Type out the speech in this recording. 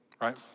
right